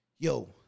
Yo